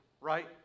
Right